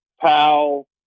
Powell